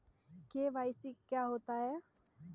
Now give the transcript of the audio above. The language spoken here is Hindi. के.वाई.सी क्या होता है?